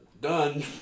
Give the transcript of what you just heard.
done